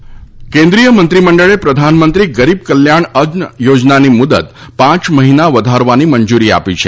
મંત્રીમંડળ યોજના કેન્દ્રીય મંત્રીમંડળે પ્રધાનમંત્રી ગરીબ કલ્યાણ અન્ન યોજનાની મુદત પાંચ મહિના વધારવાની મંજૂરી આપી છે